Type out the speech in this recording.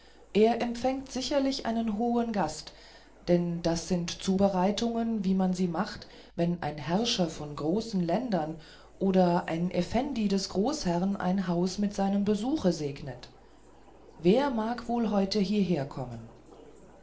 er empfängt sicherlich einen hohen gast denn das sind zubereitungen wie man sie macht wenn ein herrscher von großen ländern oder ein effendi des großherrn ein haus mit seinem besuche segnet wer mag wohl heute